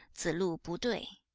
zi lu bu dui.